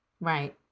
Right